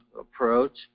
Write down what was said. approach